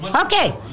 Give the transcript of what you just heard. Okay